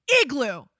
igloo